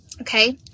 Okay